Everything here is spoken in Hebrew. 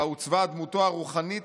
בה עוצבה דמותו הרוחנית,